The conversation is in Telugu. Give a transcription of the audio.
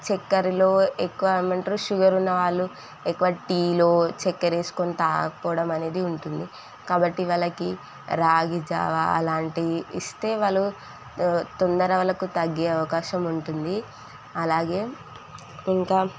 చక్కెరలు ఎక్కువ ఏమంటరు షుగర్ ఉన్న వాళ్ళు ఎక్కువ టీలో చక్కెర వేసుకుని తాగకపోవడం అనేది ఉంటుంది కాబట్టి వాళ్ళకి రాగి జావ అలాంటియి ఇస్తే వాళ్ళు తొందర వాళ్ళకు తగ్గే అవకాశం ఉంటుంది అలాగే ఇంకా